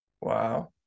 wow